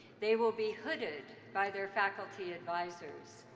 they will be hooded by their faculty advisors.